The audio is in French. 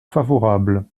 favorable